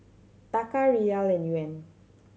Taka Riyal and Yuan